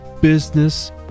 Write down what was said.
Business